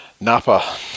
Napa